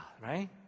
right